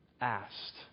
asked